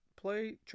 play